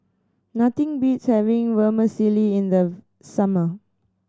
nothing beats having Vermicelli in the summer